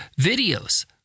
videos